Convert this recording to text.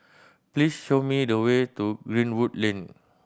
please show me the way to Greenwood Lane